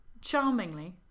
Charmingly